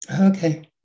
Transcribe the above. Okay